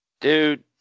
dude